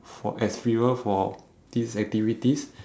for as fuel for these activities